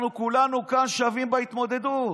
כולנו כאן שווים בהתמודדות.